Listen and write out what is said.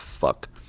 fuck